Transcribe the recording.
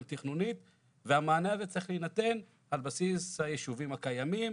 תכנונית והמענה הזה צריך להינתן על בסיס הישובים הקיימים